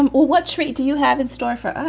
um what treat do you have in store for